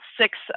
six